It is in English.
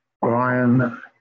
Brian